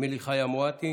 אמילי חיה מואטי,